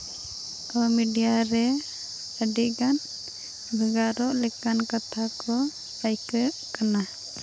ᱠᱳᱱᱳ ᱢᱤᱰᱤᱭᱟ ᱨᱮ ᱟᱹᱰᱤᱜᱟᱱ ᱵᱷᱮᱜᱟᱨᱚᱜ ᱞᱮᱠᱟᱱ ᱠᱟᱛᱷᱟ ᱠᱚ ᱟᱹᱭᱠᱟᱹᱜ ᱠᱟᱱᱟ